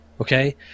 okay